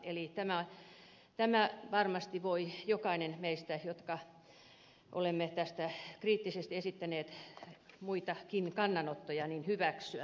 eli tämän tavoitteet varmasti voi jokainen meistä jotka olemme tästä kriittisesti esittäneet muitakin kannanottoja hyväksyä